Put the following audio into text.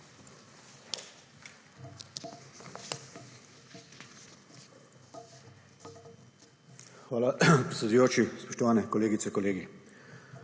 Hvala predsedujoči. Spoštovane kolegice, kolegi.